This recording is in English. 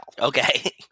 Okay